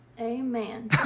Amen